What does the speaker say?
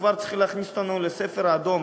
כבר צריך להכניס אותנו לספר האדום,